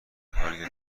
حالی